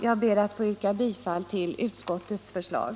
Jag ber att få yrka bifall till utskottsmajoritetens förslag.